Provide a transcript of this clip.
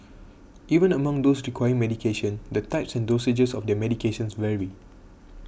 even among those requiring medication the types and dosages of their medications vary